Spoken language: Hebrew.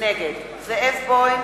נגד זאב בוים,